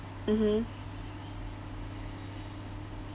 mmhmm